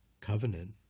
covenant